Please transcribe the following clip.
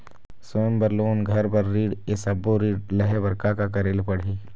स्वयं बर लोन, घर बर ऋण, ये सब्बो ऋण लहे बर का का करे ले पड़ही?